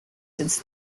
since